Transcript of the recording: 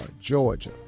Georgia